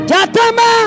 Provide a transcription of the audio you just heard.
Jatama